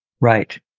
right